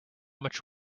much